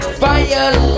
fire